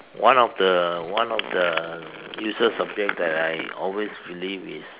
one of the one of the useless subjects that I always believe is